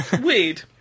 weird